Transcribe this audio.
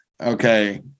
Okay